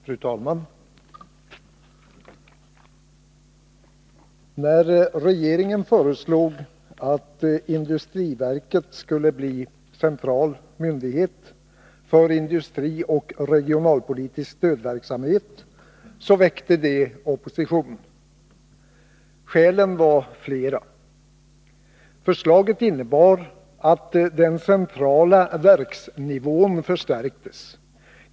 Fru talman! När regeringen föreslog att industriverket skulle bli en central myndighet för industrioch regionalpolitisk stödverksamhet, väckte det opposition. Skälen var flera. Förslaget innebar att den centrala verksnivån förstärktes.